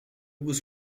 was